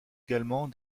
également